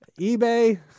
eBay